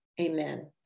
Amen